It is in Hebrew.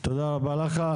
אוקיי, תודה רבה לך.